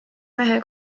mehe